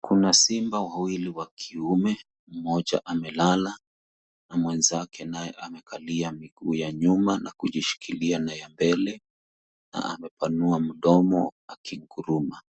Kuna simba wawili wa kiume, mmoja amelala na mwenzake naye amekalia miguu ya nyuma na kujishikilia na ya mbele, na amepanua mdomo akiguruma.